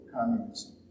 communism